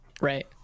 Right